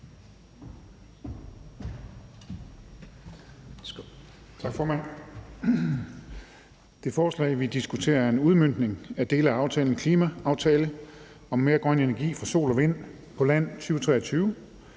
Tak, formand. Det forslag, vi diskuterer, er en udmøntning af dele af »Klimaaftale om mere grøn energi fra sol og vind på land 2023